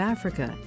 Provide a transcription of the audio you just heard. Africa